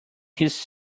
his